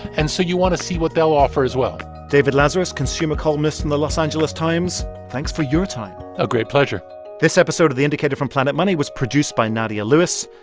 and so you want to see what they'll offer as well david lazarus, consumer columnist from and the los angeles times, thanks for your time a great pleasure this episode of the indicator from planet money was produced by nadia lewis.